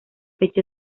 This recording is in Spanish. fecha